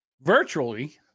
virtually